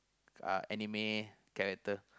uh anime character